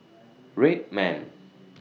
Red Man